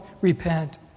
repent